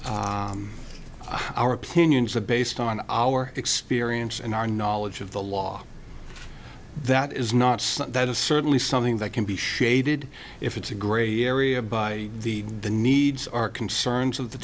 our opinions are based on our experience and our knowledge of the law that is not something that is certainly something that can be shaded if it's a grey area by the the needs are concerns of the